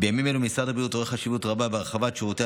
בימים אלה משרד הבריאות רואה חשיבות רבה בהרחבת שירותי